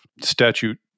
statute